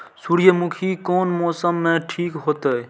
सूर्यमुखी कोन मौसम में ठीक होते?